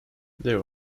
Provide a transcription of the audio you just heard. there